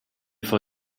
vor